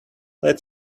let